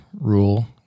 rule